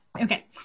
Okay